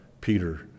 Peter